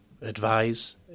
advise